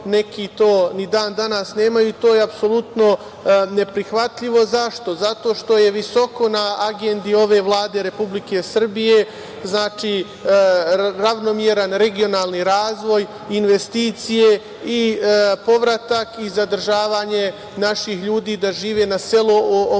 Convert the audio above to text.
neki to ni dan danas nemaju. To je apsolutno neprihvatljivo. Zašto? Zato što je visoko na agendi ove Vlade Republike Srbije ravnomeran regionalni razvoj, investicije i povratak i zadržavanje naših ljudi da žive na selu,